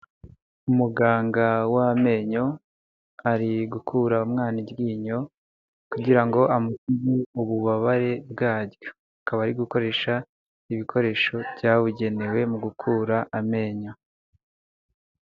Umuganga w'amenyo ari gukura umwana iryinyo kugira ngo ububabare bwaryo, akaba ari gukoresha ibikoresho byabugenewe mu gukura amenyo.